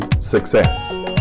success